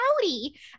howdy